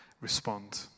respond